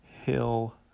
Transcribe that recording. Hill